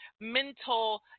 mental